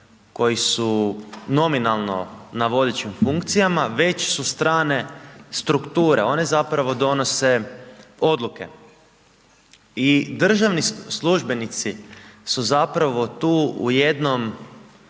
koji su nominalno na vodećim funkcijama već su strane strukture, one zapravo donose odluke. I državni službenici su zapravo tu u jednom